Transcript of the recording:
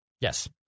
yes